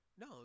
No